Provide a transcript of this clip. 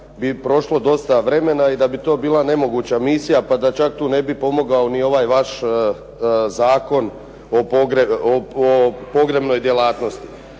bi prošlo dosta vremena i da bi to bila nemoguća misija, pa da čak tu ne bi pomogao ni ovaj vaš Zakon o pogrebnoj djelatnosti.